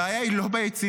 הבעיה היא לא ביצירה,